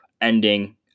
ending